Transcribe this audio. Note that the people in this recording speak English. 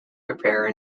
prepare